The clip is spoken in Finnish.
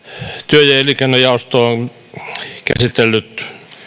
työ ja elinkeinojaosto on käsitellyt